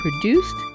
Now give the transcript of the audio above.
produced